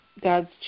God's